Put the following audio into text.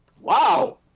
Wow